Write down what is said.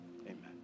amen